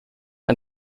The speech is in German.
ein